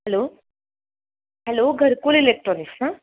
hello hello Gharkul electronics ना